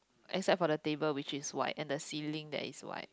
except for the table which is white and the ceiling that is white